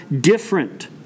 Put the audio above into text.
different